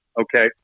okay